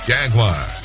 Jaguar